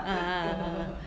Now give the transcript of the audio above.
ah ah ah